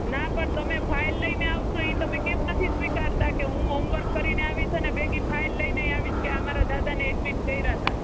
ના પણ તમે ફાઇલ લઈને આવશો એ તમે કેમ નથી સ્વીકારતા કે હું હોમવર્ક કરીને આવીશ અને ભેગી ફાઇલ લઈનેય આવીશ કે આ મારા દાદાને એડમિટ કર્યા હતા